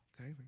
okay